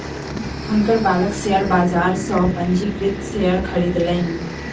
हुनकर बालक शेयर बाजार सॅ पंजीकृत शेयर खरीदलैन